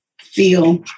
feel